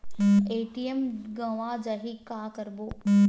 ATM गवां जाहि का करबो?